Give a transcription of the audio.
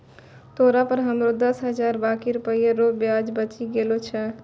तोरा पर हमरो दस हजार बाकी रुपिया रो ब्याज बचि गेलो छय